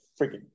freaking